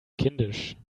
kindisch